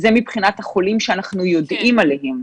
זה מבחינת החולים שאנחנו יודעים עליהם.